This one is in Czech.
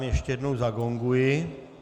Ještě jednou zagonguji.